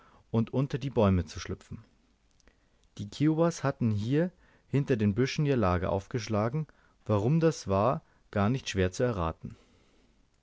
und unter die bäume zu schlüpfen die kiowas hatten hier hinter den büschen ihr lager aufgeschlagen warum das war gar nicht schwer zu erraten